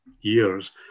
years